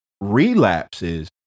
relapses